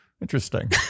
interesting